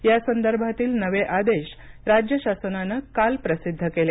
या संदर्भातील नवे आदेश राज्य शासनानं काल प्रसिद्ध केले